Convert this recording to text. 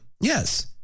Yes